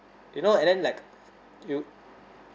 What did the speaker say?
you know and then like you